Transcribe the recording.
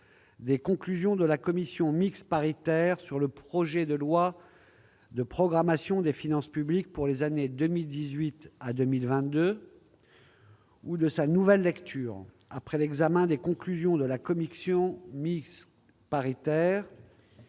des conclusions de la commission mixte paritaire sur le projet de loi de programmation des finances publiques pour les années 2018 à 2022, ou de sa nouvelle lecture, après l'examen des conclusions de la commission mixte paritaire